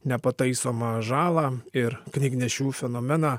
nepataisomą žalą ir knygnešių fenomeną